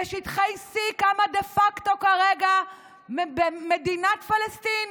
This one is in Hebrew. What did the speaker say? בשטחי C קמה דה פקטו כרגע מדינת פלסטין,